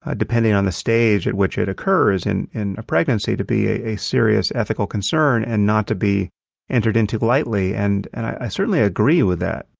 ah depending on the stage at which it occurs and in pregnancy, to be a serious ethical concern and not to be entered into lightly. and and i certainly agree with that.